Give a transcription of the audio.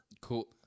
Cool